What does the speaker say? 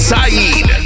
Saeed